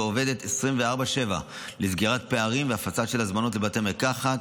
ועובדת 24/7 לסגירת פערים והפצה של הזמנות לבתי המרקחת,